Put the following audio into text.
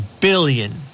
billion